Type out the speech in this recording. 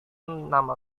nama